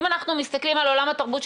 אם אנחנו מסתכלים על עולם התרבות,